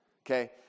Okay